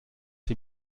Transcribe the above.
sie